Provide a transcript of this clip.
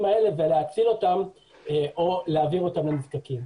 האלה ולהציל אותם או להעביר אותם לנזקקים.